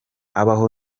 abaho